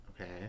Okay